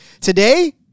Today